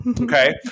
okay